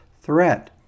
threat